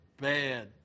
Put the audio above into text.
bad